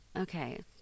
Okay